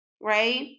right